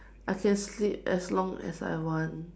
I can sleep as long as I want